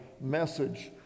message